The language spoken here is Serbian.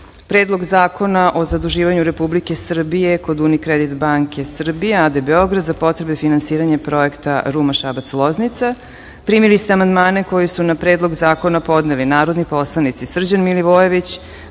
Predlog zakona o zaduživanju Republike Srbije kod Unikredit banke Srbija a.d. Beograd za potrebe finansiranja projekta Ruma-Šabac-Loznica. Primili ste amandmane koje su na Predlog zakona podneli narodni poslanici: Srđan Milivojević,